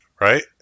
Right